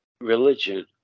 religion